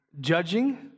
judging